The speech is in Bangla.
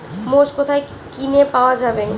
মোষ কোথায় কিনে পাওয়া যাবে?